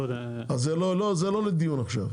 זה לא לדיון עכשיו.